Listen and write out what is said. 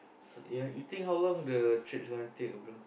ya you think how long the trip is gonna take bro